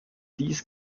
dies